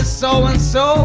so-and-so